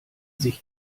sich